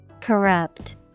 Corrupt